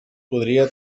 podria